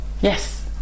Yes